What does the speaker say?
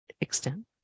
extend